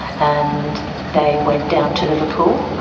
and they went down to liverpool,